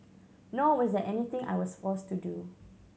nor was there anything I was forced to do